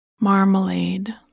Marmalade